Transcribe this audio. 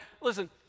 Listen